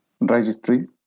registry